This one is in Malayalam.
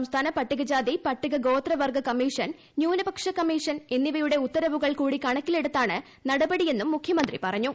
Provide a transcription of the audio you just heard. സംസ്ഥാന പട്ടികജാതി പട്ടികഗോത്രവർഗ്ഗ കമ്മീഷൻ ന്യൂനപക്ഷ കമ്മീ ഷൻ എന്നിവയുടെ ഉത്തരവുകൾ കൂടി കണക്കിലെടുത്താണ് നടപടി എന്നും മുഖ്യമന്ത്രി പറഞ്ഞു